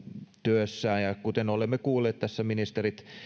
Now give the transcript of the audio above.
työssään ja kuten olemme kuulleet tässä